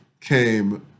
came